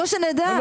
לא, שנדע.